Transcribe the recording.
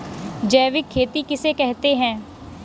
जैविक खेती किसे कहते हैं?